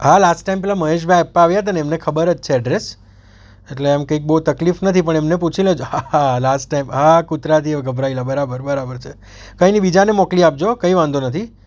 હા last time પેલા મહેશભાઈ આપવા આવ્યા હતા ને એમને ખબર જ છે એડ્રેસ એટલે આમ કંઈક બહુ તકલીફ નથી પણ એમને પૂછી લેજો હા હા લાસ્ટ ટાઈમ હા કૂતરાથી એવા ગભરાયેલા બરાબર બરાબર છે કાંઇ નહીં બીજાને મોકલી આપજો કંઇ વાંધો નથી